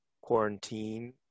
quarantine